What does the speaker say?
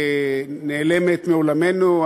נעלמת מעולמנו.